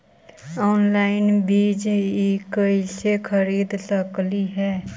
Online बीज कईसे खरीद सकली हे?